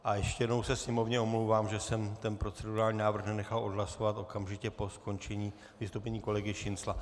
A ještě jednou se sněmovně omlouvám, že jsem ten procedurální návrh nenechal odhlasovat okamžitě po skončení vystoupení kolegy Šincla.